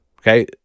okay